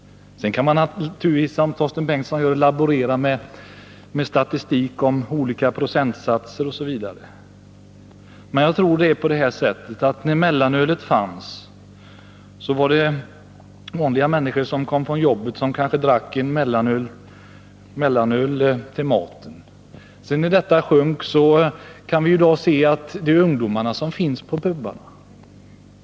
Sedan kan man naturligtvis som Torsten Bengtson gör laborera med statistik om olika procentsatser, osv. Men jag tror att det är så att när mellanölet fanns var det vanliga människor som när de kom hem från jobbet drack en mellanöl till maten. När mellanölet togs bort gick ungdomarna till pubarna.